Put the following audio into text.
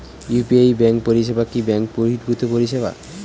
UPI পরিসেবা কি bank বর্হিভুত পরিসেবা?